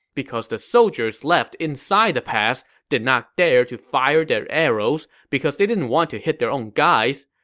because the soldiers left inside the pass did not dare to fire their arrows because they didn't want to hit their own guys.